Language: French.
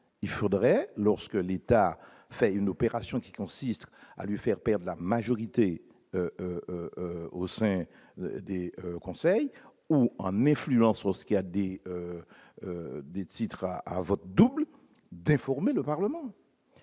il faudrait lorsque l'État fait une opération qui consiste à lui faire perdent la majorité au sein des conseils ou ramener Fluence, ce qui a déjà des titres à votre double d'informer le Parlement